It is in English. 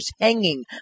hanging